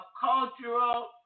cultural